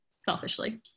selfishly